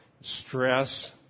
stress